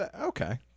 Okay